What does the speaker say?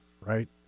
right